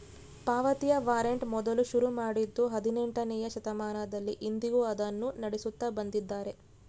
ಪಾವತಿಯ ವಾರಂಟ್ ಮೊದಲು ಶುರು ಮಾಡಿದ್ದೂ ಹದಿನೆಂಟನೆಯ ಶತಮಾನದಲ್ಲಿ, ಇಂದಿಗೂ ಅದನ್ನು ನಡೆಸುತ್ತ ಬಂದಿದ್ದಾರೆ